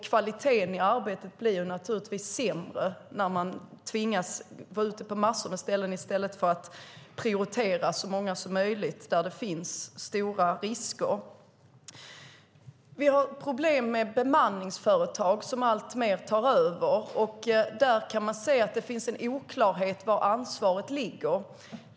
Kvaliteten i arbetet blir naturligtvis sämre när de tvingas vara ute på massor av ställen i stället för att prioritera så många som möjligt där det finns stora risker. Vi har problem med bemanningsföretag som alltmer tar över, och där kan man se att det finns en oklarhet om var ansvaret ligger.